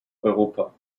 europa